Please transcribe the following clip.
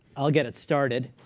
i'll get it started